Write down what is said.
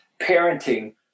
parenting